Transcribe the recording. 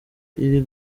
iri